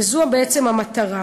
וזו בעצם המטרה.